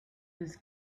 his